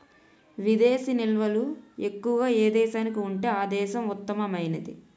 విదేశీ నిల్వలు ఎక్కువగా ఏ దేశానికి ఉంటే ఆ దేశం ఉత్తమమైనది